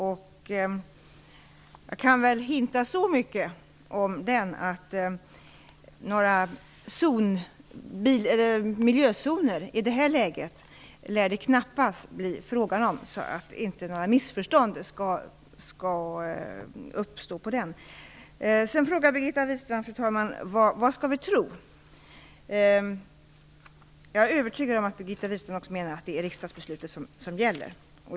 För att inte några missförstånd skall uppstå kan jag väl avslöja så mycket om den att det knappast lär bli frågan om några miljözoner i det här läget. Fru talman! Sedan frågar Birgitta Wistrand vad man skall tro. Jag är övertygad om att Birgitta Wistrand också menar att det är riksdagsbeslutet som gäller.